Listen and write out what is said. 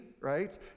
right